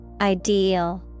Ideal